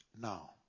now